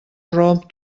rom